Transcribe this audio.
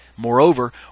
Moreover